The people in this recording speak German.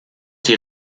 die